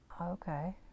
Okay